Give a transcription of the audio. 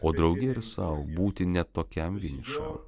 o drauge ir sau būti ne tokiam vienišam